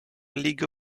league